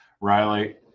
Riley